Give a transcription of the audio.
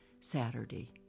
Saturday